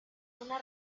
una